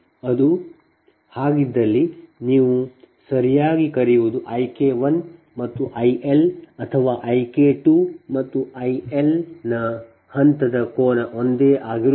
ಅದು ಹಾಗಿದ್ದಲ್ಲಿ ನೀವು ಸರಿಯಾಗಿ ಕರೆಯುವದು IK 1 ಮತ್ತು IL ಅಥವಾ I K2 ಮತ್ತು I L ನ ಹಂತದ ಕೋನ ಒಂದೇ ಆಗಿರುತ್ತದೆ